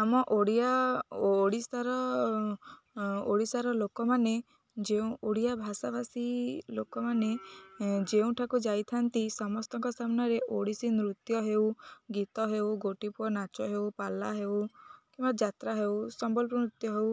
ଆମ ଓଡ଼ିଆ ଓଡ଼ିଶାର ଓଡ଼ିଶାର ଲୋକମାନେ ଯେଉଁ ଓଡ଼ିଆ ଭାଷାବାାସୀ ଲୋକମାନେ ଯେଉଁଠାକୁ ଯାଇଥାନ୍ତି ସମସ୍ତଙ୍କ ସାମ୍ନାରେ ଓଡ଼ିଶୀ ନୃତ୍ୟ ହେଉ ଗୀତ ହେଉ ଗୋଟିପୁଅ ନାଚ ହେଉ ପାଲା ହେଉ କିମ୍ବା ଯାତ୍ରା ହେଉ ସମ୍ବଲପୁର ନୃତ୍ୟ ହେଉ